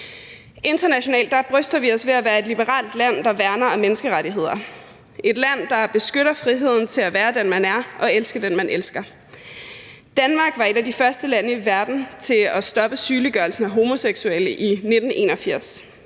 Internationalt bryster vi os af at være et liberalt land, der værner om menneskerettigheder, et land, der beskytter friheden til at være den, man er, og elske den, man elsker. Danmark var i 1981 et af de første lande i verden til at stoppe sygeliggørelsen af homoseksuelle.